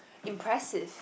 impressive